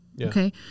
Okay